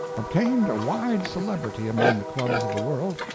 obtained a wide celebrity among the clubs of the world,